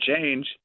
change